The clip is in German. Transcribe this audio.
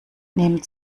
nehmen